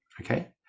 Okay